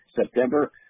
September